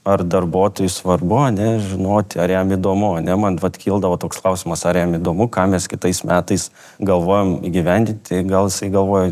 ar darbuotojui svarbu ane žinoti ar jam įdomu ane man vat kildavo toks klausimas ar jam įdomu ką mes kitais metais galvojam įgyvendinti gal jisai galvoja